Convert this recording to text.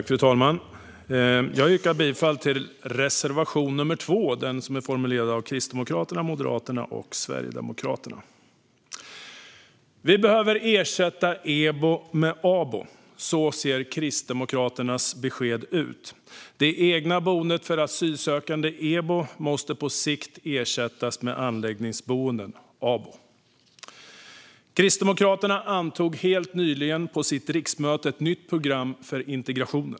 Fru talman! Jag yrkar bifall till reservation 2, som är formulerad av Kristdemokraterna, Moderaterna och Sverigedemokraterna. Vi behöver ersätta EBO med ABO. Så ser Kristdemokraternas besked ut. Det egna boendet för asylsökande, EBO, måste på sikt ersättas med anläggningsboenden, ABO. Kristdemokraterna antog helt nyligen på sitt riksmöte ett nytt program för integrationen.